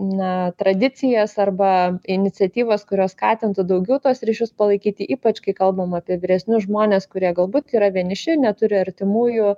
na tradicijas arba iniciatyvas kurios skatintų daugiau tuos ryšius palaikyti ypač kai kalbam apie vyresnius žmones kurie galbūt yra vieniši neturi artimųjų